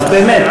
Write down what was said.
אז באמת,